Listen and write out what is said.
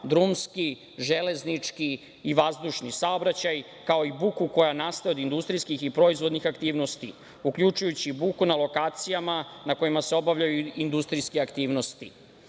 drumski, železnički i vazdušni saobraćaj, kao i buku koja nastaje od industrijskih i proizvodnih aktivnosti, uključujući buku na lokacijama na kojima se obavljaju industrijske aktivnosti. Kada